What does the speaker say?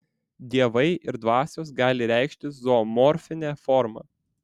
dievai ir dvasios gali reikštis zoomorfine forma